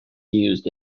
used